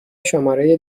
شماره